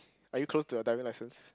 are you close to a diving licence